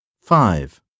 Five